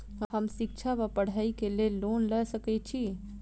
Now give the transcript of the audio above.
हम शिक्षा वा पढ़ाई केँ लेल लोन लऽ सकै छी?